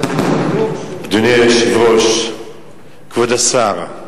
אדוני היושב-ראש, כבוד השר,